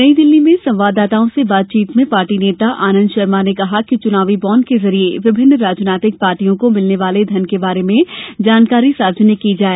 नई दिल्ली में संवाददाताओं से बातचीत में पार्टी नेता आनंद शर्मा ने कहा कि चुनावी बांड के जरिये विभिन्न राजनीतिक पार्टियों को मिलने वाले धन के बारे में जानकारी सार्वजनिक की जाए